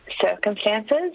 circumstances